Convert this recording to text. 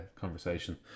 conversation